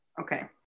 Okay